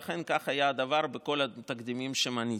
ואכן כך היה הדבר בכל התקדימים שמניתי.